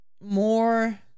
more